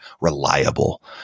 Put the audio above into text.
reliable